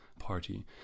party